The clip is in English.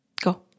Go